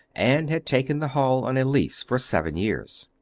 and had taken the hall on a lease for seven years.